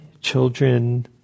children